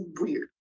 weird